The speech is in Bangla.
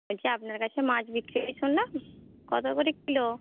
বলছি আপনার কাছে মাছ বিক্রি আছে শুনলাম কত করে কিলো